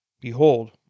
Behold